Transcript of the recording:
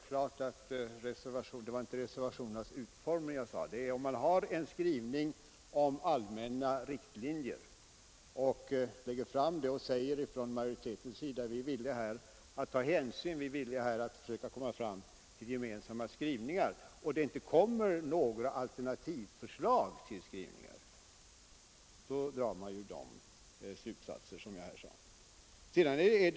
Herr talman! Det är väl självklart att jag inte avsåg reservationernas utformning. Men när man från majoritetens sida lägger fram en skrivning om allmänna riktlinjer och vill försöka komma fram till en gemensam linje och det inte framkommer några alternativa förslag till skrivningar, då drar man de slutsatser som jag nämnde.